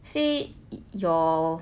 say your